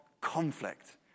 conflict